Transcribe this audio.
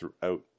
throughout